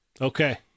Okay